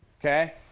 Okay